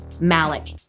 Malik